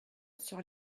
sur